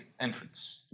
entrance